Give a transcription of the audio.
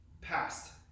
past